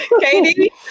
Katie